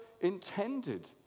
intended